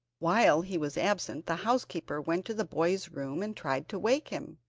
while he was absent the housekeeper went to the boy's room and tried to wake him.